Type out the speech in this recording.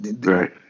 Right